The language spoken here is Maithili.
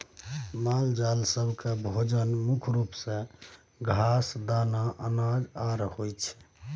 मालजाल सब केँ भोजन मुख्य रूप सँ घास, दाना, अनाज आर होइ छै